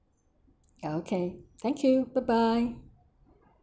okay thank you bye bye